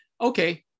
Okay